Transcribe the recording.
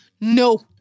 no